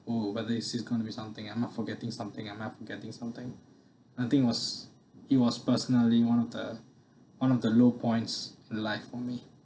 oh but this is going to be something I'm not forgetting something I'm not forgetting something I think it was it was personally one of the one of the low points life for me